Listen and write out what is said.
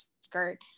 skirt